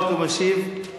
חבר הכנסת בני בגין, להשיב בשם